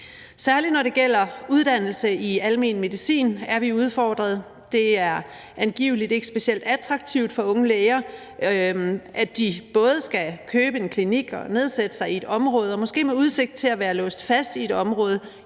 Særlig når det gælder uddannelse i almen medicin, er vi udfordret. Det er angiveligt ikke specielt attraktivt for unge læger, at de både skal købe en klinik og nedsætte sig i et område, hvor der måske er udsigt til at være låst fast i mange